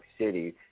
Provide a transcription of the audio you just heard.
City